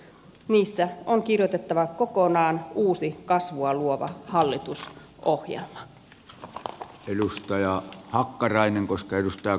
niissä on kirjoitettava kokonaan uusi kasvua luovan hallitus ohjelman edustaja hakkarainen luova hallitusohjelma